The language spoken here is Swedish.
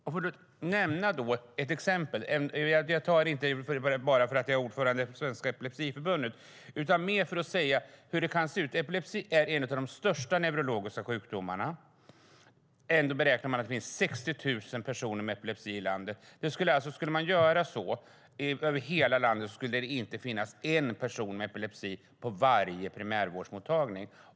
Jag vill då nämna ett exempel, inte bara för att jag är ordförande i Svenska Epilepsiförbundet utan mer för att tala om hur det kan se ut. Epilepsi är en av de största neurologiska sjukdomarna. Man beräknar att det finns 60 000 personer med epilepsi i landet. Skulle man göra så över hela landet skulle det alltså inte finnas bara en person med epilepsi på varje primärvårdsmottagning.